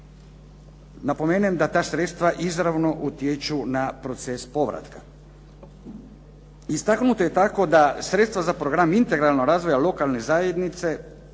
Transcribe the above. Napominjem da ta sredstva izravno utječu na proces povratka. Istaknuto je tako da sredstva za Program integralnog razvoja lokalne zajednice